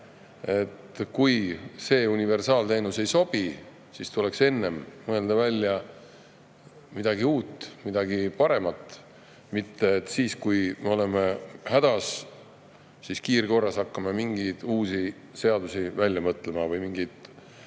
et kui see universaalteenus ei sobi, siis tuleks enne mõelda välja midagi uut, midagi paremat, mitte nii, et kui me oleme hädas, siis kiirkorras hakkame välja mõtlema mingeid